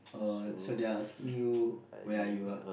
oh so they're asking you where are you ah